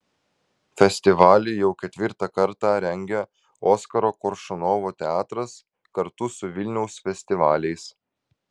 festivalį jau ketvirtą kartą rengia oskaro koršunovo teatras kartu su vilniaus festivaliais